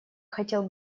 хотел